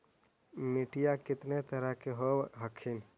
मिट्टीया कितना तरह के होब हखिन?